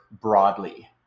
broadly